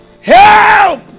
HELP